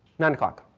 nine o'clock.